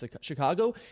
Chicago